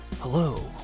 hello